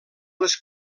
les